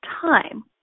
time